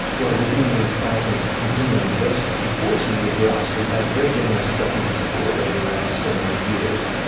well, we do need i think continuing investment. and fortunately for us we've had very generous government support over the last seven or eight years,